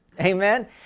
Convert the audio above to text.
Amen